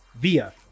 via